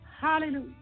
Hallelujah